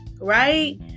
right